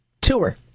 tour